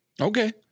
Okay